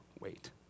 wait